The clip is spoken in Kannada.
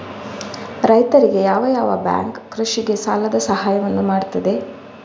ರೈತರಿಗೆ ಯಾವ ಯಾವ ಬ್ಯಾಂಕ್ ಕೃಷಿಗೆ ಸಾಲದ ಸಹಾಯವನ್ನು ಮಾಡ್ತದೆ?